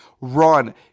run